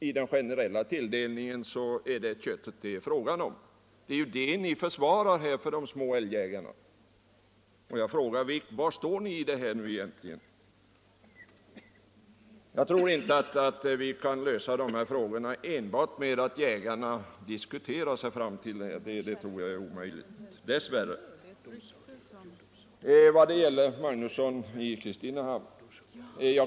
I den generella tilldelningen är det köttet det är fråga om. Det är det ni här försvarar åt de små älgjägarna. Jag frågar: Var står ni egentligen i denna fråga? Jag tror inte vi kan lösa dessa frågor enbart genom att jägarna diskuterar dem. Det tror jag är omöjligt, dess värre.